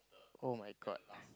oh-my-God